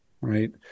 right